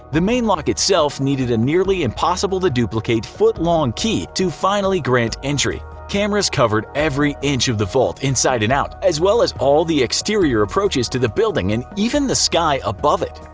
the main lock itself needed a nearly-impossible-to-duplicate foot-long key to finally grant entry. cameras covered every inch of the vault inside and out, as well as all the exterior approaches to the building and even the sky above it.